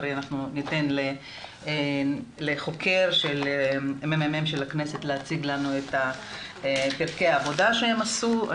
ניתן גם לחוקר של הממ"מ של הכנסת להציג לנו את העבודה שהם עשו.